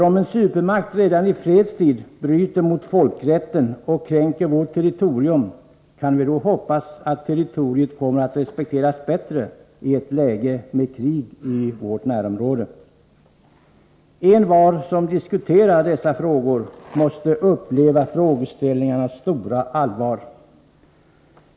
Om en supermakt redan i fredstid bryter mot folkrätten och kränker vårt territorium, kan vi då hoppas att territoriet kommer att respekteras bättre i ett läge med krig i vårt närområde? Envar som diskuterar dessa frågor måste uppleva frågeställningarnas stora allvar.